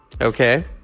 okay